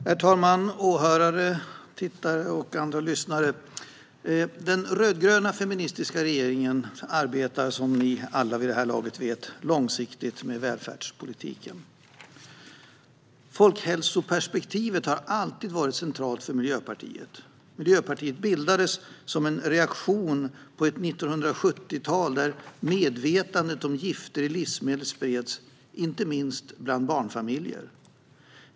Herr talman! Åhörare, tittare och lyssnare! Den rödgröna feministiska regeringen arbetar, som ni alla vid det här laget vet, långsiktigt med välfärdspolitiken. Folkhälsoperspektivet har alltid varit centralt för Miljöpartiet. Miljöpartiet bildades som en reaktion på ett 1970-tal där medvetandet om gifter i livsmedel spreds, inte minst bland barnfamiljer.